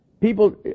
People